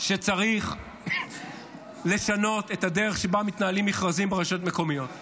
שצריך לשנות את הדרך שבה מתנהלים מכרזים ברשויות המקומיות,